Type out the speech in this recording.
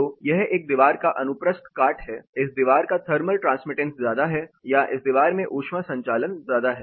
तो यह एक दीवार का अनुप्रस्थ काट है इस दीवार का थर्मल ट्रांसमिटेंस ज्यादा है या इस दीवार में ऊष्मा संचालन ज्यादा है